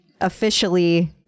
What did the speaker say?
officially